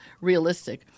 realistic